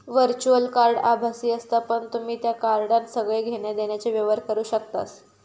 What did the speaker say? virtual card आभासी असता पण तुम्ही त्या कार्डान सगळे घेण्या देण्याचे व्यवहार करू शकतास